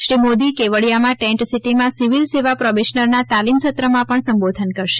શ્રી મોદી કેવડિયામાં ટેંટ સિટીમાં સિવિલ સેવા પ્રોબેશનરના તાલીમ સત્રમાં પણ સંબોધન કરશે